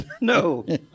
No